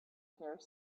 here